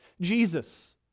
Jesus